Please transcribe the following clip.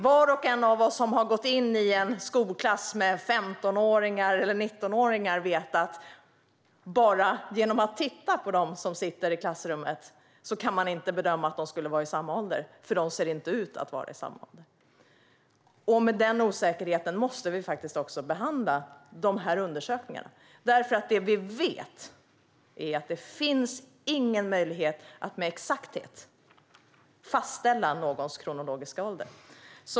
Var och en av oss som har besökt en skolklass med 15 eller 19-åringar vet att bara genom att titta på dem i klassrummet kan man inte se om de är i samma ålder eftersom de inte ser ut att vara i samma ålder. Med den osäkerheten måste vi faktiskt behandla undersökningarna. Det finns ingen möjlighet att med exakthet fastställa någons kronologiska ålder.